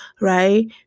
right